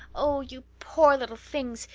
oh, you poor little things!